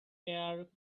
air